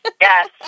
Yes